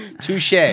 Touche